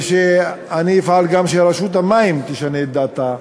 ואני אפעל גם שרשות המים תשנה את דעתה,